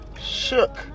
Shook